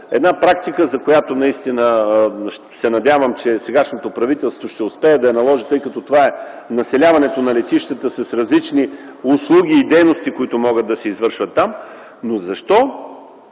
една практика, която наистина се надявам, че сегашното правителство ще успее да наложи, тъй като това е населяването на летищата с различни услуги и дейности, които могат да се извършват там. Защо